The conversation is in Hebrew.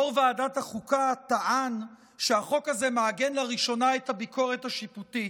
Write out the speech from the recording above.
יו"ר ועדת החוקה טען שהחוק הזה מעגן לראשונה את הביקורת השיפוטית,